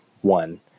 one